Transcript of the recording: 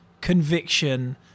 conviction